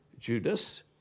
Judas